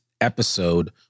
episode